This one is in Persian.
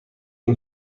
این